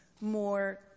more